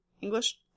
English